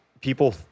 people